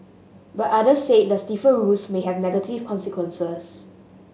but others said the stiffer rules may have negative consequences